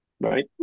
right